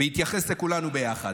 בהתייחס לכולנו ביחד,